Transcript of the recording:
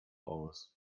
aus